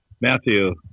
Matthew